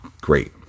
great